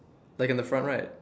like in the front right